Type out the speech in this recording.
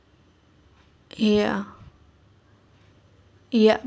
ya ya